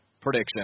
prediction